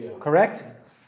Correct